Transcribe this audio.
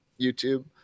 YouTube